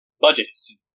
budgets